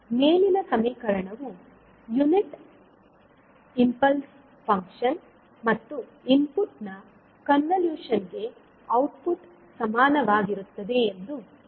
ಈಗ ಮೇಲಿನ ಸಮೀಕರಣವು ಯುನಿಟ್ ಇಂಪಲ್ಸ್ ಫಂಕ್ಷನ್ ಮತ್ತುಇನ್ಪುಟ್ ನ ಕನ್ವಲೂಶನ್ಗೆ ಔಟ್ಪುಟ್ ಸಮಾನವಾಗಿರುತ್ತದೆ ಎಂದು ಹೇಳುತ್ತದೆ